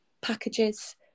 packages